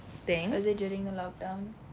was it during lock down